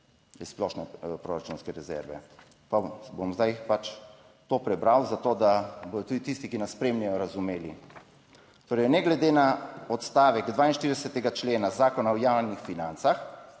iz splošne proračunske rezerve. Pa bom zdaj pač to prebral za to, da bodo tudi tisti, ki nas spremljajo, razumeli. Torej, ne glede na odstavek 42. člena Zakona o javnih financah,